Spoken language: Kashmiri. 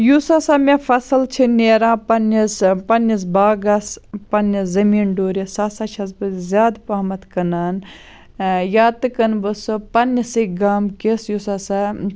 یُس ہَسا مےٚ فصل چھِ نیران پَننِس پَننِس باغَس پَننِس زمیٖن ڈورِس سُہ ہَسا چھَس بہٕ زیاد پَہمَتھ کٕنان یا تہٕ کٕنہٕ بہٕ سُہ پَننِسٕے گامکِس یُس ہَسا